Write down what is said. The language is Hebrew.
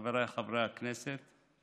חבריי חברי הכנסת,